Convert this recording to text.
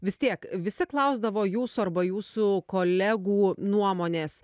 vis tiek visi klausdavo jūsų arba jūsų kolegų nuomonės